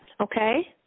okay